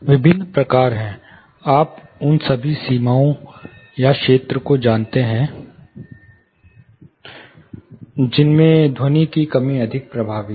विभिन्न प्रकार हैं आप उन सीमाओं या क्षेत्रों को जानते हैं जिनमें ध्वनि की कमी अधिक प्रभावी है